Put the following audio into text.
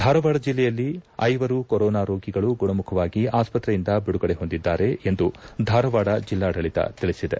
ಧಾರವಾಡ ಜಿಲ್ಲೆಯಲ್ಲಿ ಐವರು ಕೊರೊನಾ ರೋಗಿಗಳು ಗುಣಮುಖರಾಗಿ ಆಸ್ಪತ್ರೆಯಿಂದ ಬಿಡುಗಡೆ ಹೊಂದಿದ್ದಾರೆ ಎಂದು ಧಾರವಾಡ ಜಿಲ್ಲಾಡಳಿತ ತಿಳಿಸಿದೆ